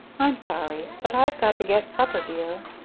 i'm sorry, but i've got to get supper, dear,